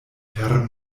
per